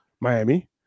Miami